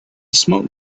smoke